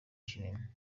kinini